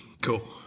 Cool